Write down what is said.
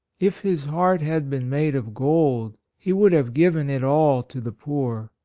if his heart had been made of gold, he would have given it all to the poor.